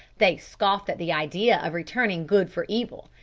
they scoffed at the idea of returning good for evil,